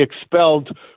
expelled